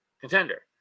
contender